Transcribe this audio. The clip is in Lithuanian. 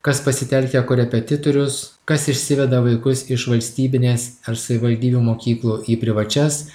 kas pasitelkia korepetitorius kas išsiveda vaikus iš valstybinės ar savivaldybių mokyklų į privačias